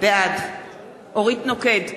בעד אורית נוקד,